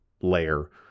layer